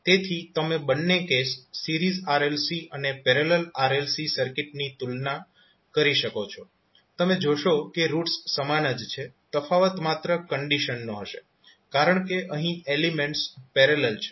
તેથી તમે બંને કેસ સિરીઝ RLC અને પેરેલલ RLC સર્કિટની તુલના કરી શકો છો તમે જોશો કે રૂટ્સ સમાન જ છે તફાવત માત્ર કંડીશનનો હશે કારણ કે અહીં એલીમેન્ટસ પેરેલલ છે